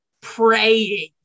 praying